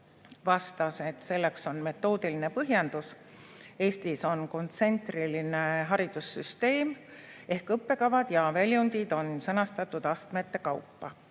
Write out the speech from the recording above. vastas, et selleks on metoodiline põhjendus. Eestis on kontsentriline haridussüsteem ehk õppekavad ja väljundid on sõnastatud astmete kaupa.